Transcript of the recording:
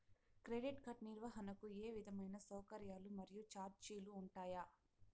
Credit card నిర్వహణకు ఏ విధమైన సౌకర్యాలు మరియు చార్జీలు ఉంటాయా?